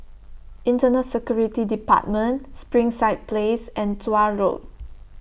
Internal Security department Springside Place and Tuah Road